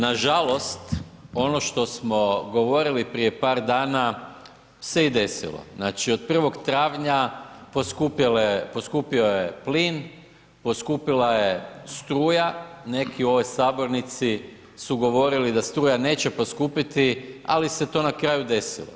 Nažalost, ono što smo govorili prije par dana se i desilo, znači od 1. travnja poskupio je plin, poskupila je struja, neki u ovoj sabornici su govorili da struja neće poskupiti, ali se to na kraju desilo.